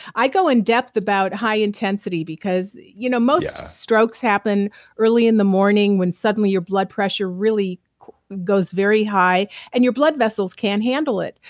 i go in depth about high intensity because you know most strokes happen early in the morning when suddenly your blood pressure really goes very high and your blood vessels can't handle it.